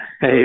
hey